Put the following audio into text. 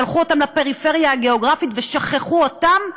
שלחו אותם לפריפריה הגיאוגרפית ושכחו אותם,